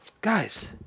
guys